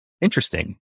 interesting